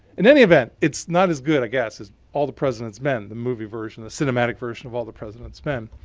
in any event, it's not as good, i guess, as all the president's men, the movie version or the cinematic version of all the president's men.